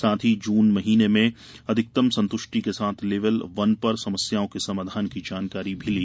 साथ ही जून माह में अधिकतम संतुष्टि के साथ लेवल वन पर समस्याओं के समाधान की जानकारी भी ली